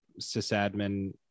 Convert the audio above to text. sysadmin